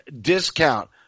discount